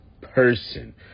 person